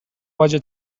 باجه